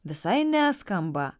visai neskamba